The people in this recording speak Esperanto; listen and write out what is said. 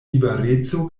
libereco